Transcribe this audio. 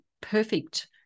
perfect